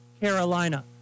Carolina